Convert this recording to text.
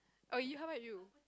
oh you how about you